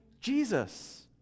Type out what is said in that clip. Jesus